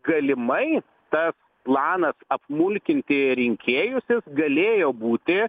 galimai tas planas apmulkinti rinkėjus galėjo būti